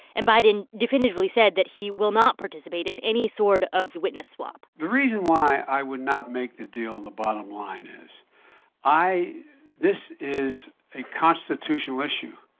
and biden definitively said that he will not participate in any sort of witness swap the reason why i would not make the deal the bottom line is i this is a constitutional issue,